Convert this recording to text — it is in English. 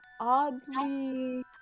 oddly